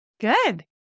Good